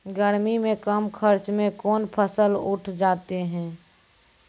गर्मी मे कम खर्च मे कौन फसल उठ जाते हैं?